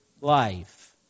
life